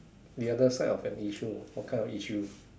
the other side of an issue what kind of issue